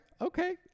Okay